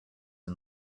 and